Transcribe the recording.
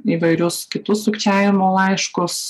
įvairius kitus sukčiavimo laiškus